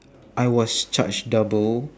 I was charged double